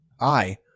I